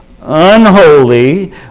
unholy